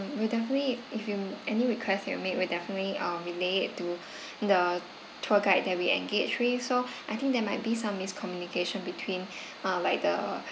we definitely if you any requests you are make we'll definitely um relay it to the tour guide that we engaged with so I think there might be some miscommunication between uh like the